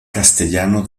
castellano